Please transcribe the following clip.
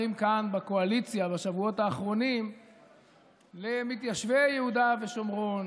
כאן בקואליציה בשבועות האחרונים למתיישבי יהודה ושומרון